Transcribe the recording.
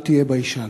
אל תהיה ביישן".